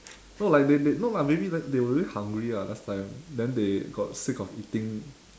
no like they they no lah maybe like they were really hungry ah last time then they got sick of eating